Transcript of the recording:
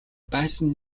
байсан